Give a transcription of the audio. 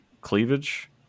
cleavage